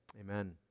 Amen